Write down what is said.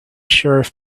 sheriff